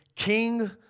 king